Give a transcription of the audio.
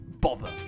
bother